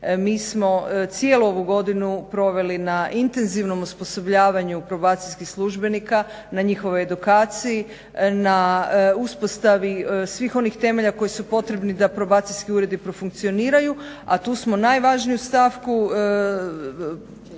Mi smo cijelu ovu godinu proveli na intenzivnom osposobljavanju probacijskih službenika, na njihovoj edukaciji, na uspostavi svih onih temelja koji su potrebni da probacijski uredi profunkcioniraju, a tu smo najvažniju stavku